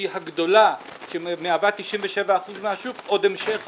שהיא הגדולה ומהווה 97% מהשוק עוד המשך אפליה.